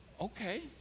Okay